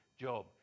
job